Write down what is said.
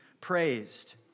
praised